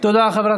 היו"ר